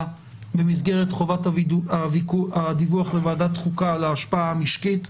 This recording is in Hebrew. במסגרת חובת הדיווח לוועדת החוקה על ההשפעה המשקית.